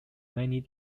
many